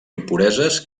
impureses